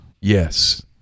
Yes